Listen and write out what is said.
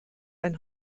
ein